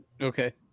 Okay